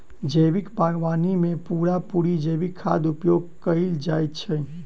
जैविक बागवानी मे पूरा पूरी जैविक खादक उपयोग कएल जाइत छै